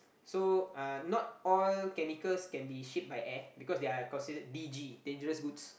so uh not all chemicals can be shipped by air because they are considered D_G dangerous goods